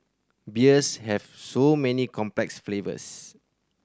beers have so many complex flavours